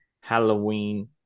Halloween